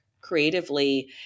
creatively